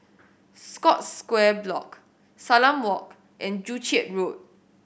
Scotts Square Block Salam Walk and Joo Chiat Road